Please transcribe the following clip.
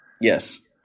Yes